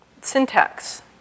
syntax